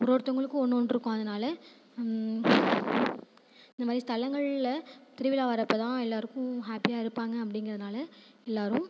ஒரு ஒருத்தவங்களுக்கும் ஒன்று ஒன்று இருக்கும் அதனால இந்த மாதிரி ஸ்தலங்களில் திருவிழா வரப்போ தான் எல்லாேருக்கும் ஹாப்பியாக இருப்பாங்க அப்படிங்கிறதுனால எல்லாேரும்